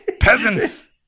Peasants